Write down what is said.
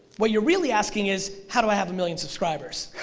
what you're really asking is, how do i have a million subscribers?